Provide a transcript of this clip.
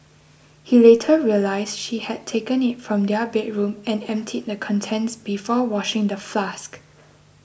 he later realised she had taken it from their bedroom and emptied the contents before washing the flask